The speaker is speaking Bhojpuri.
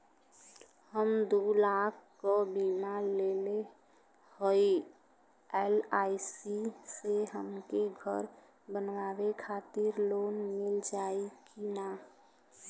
हम दूलाख क बीमा लेले हई एल.आई.सी से हमके घर बनवावे खातिर लोन मिल जाई कि ना?